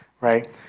right